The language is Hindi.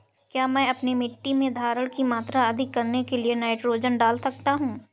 क्या मैं अपनी मिट्टी में धारण की मात्रा अधिक करने के लिए नाइट्रोजन डाल सकता हूँ?